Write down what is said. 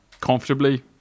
comfortably